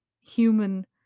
human